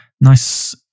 Nice